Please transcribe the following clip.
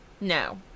No